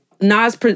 Nas